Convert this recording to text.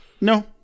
No